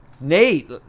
Nate